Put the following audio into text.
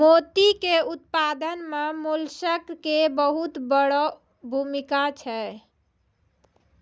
मोती के उपत्पादन मॅ मोलस्क के बहुत वड़ो भूमिका छै